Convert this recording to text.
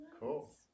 Cool